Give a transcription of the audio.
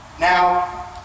Now